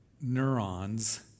neurons